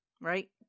right